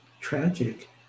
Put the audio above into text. tragic